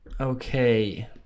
okay